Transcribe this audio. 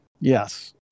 yes